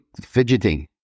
fidgeting